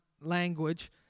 language